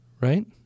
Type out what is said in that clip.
Right